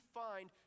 find